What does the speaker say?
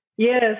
Yes